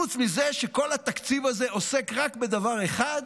חוץ מזה שכל התקציב עוסק רק בדבר אחד,